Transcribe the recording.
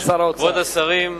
כבוד השרים,